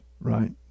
right